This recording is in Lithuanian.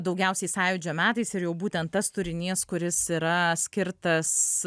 daugiausiai sąjūdžio metais ir jau būtent tas turinys kuris yra skirtas